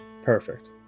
Perfect